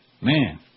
man